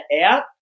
out